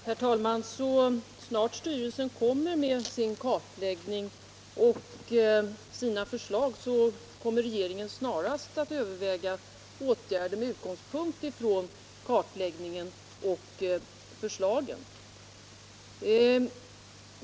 Herr talman! Så snart bostadsstyrelsen kommer med sin kartläggning och sina förslag skall regeringen överväga åtgärder med utgångspunkt i kartläggningen och förslagen.